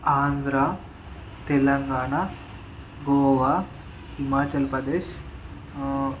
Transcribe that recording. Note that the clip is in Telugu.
ఆంధ్ర తెలంగాణ గోవా హిమాచల్ప్రదేశ్